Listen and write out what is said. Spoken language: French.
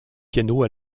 piano